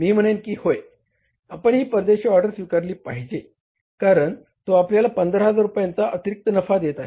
मी म्हणेन की होय आपण ही परदेशी ऑर्डर स्वीकारला पाहिजे कारण तो आपल्याला 15000 रुपयांचा अतिरिक्त नफा देत आहे